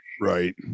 Right